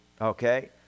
Okay